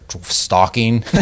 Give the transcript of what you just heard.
stalking